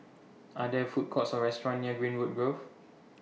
Are There Food Courts Or restaurants near Greenwood Grove